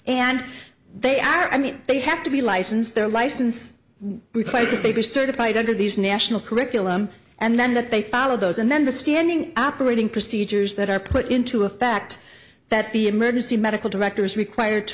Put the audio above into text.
and they are i mean they have to be licensed they're licensed requited they were certified under these national curriculum and then that they follow those and then the standing operating procedures that are put into effect that the emergency medical director is required to